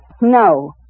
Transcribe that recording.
No